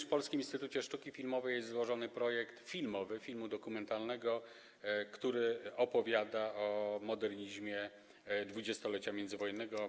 W Polskim Instytucie Sztuki Filmowej jest złożony projekt filmowy, projekt filmu dokumentalnego, który opowiada o modernizmie 20-lecia międzywojennego.